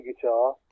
guitar